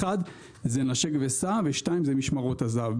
האחד זה 'נשק וסע' ושתיים זה משמרות הזה"ב,